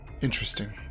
Interesting